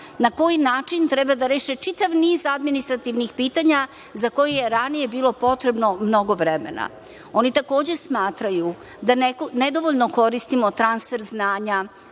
na koji način treba da reše čitav niz administrativnih pitanja za koje je ranije bilo potrebno mnogo vremena. Oni, takođe, smatraju da nedovoljno koristimo transfer znanja,